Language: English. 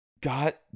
got